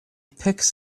picks